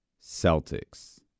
Celtics